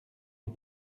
des